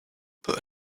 put